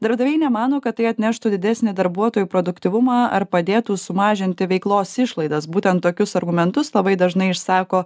darbdaviai nemano kad tai atneštų didesnį darbuotojų produktyvumą ar padėtų sumažinti veiklos išlaidas būtent tokius argumentus labai dažnai išsako